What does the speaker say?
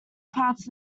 parts